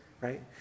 right